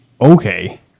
Okay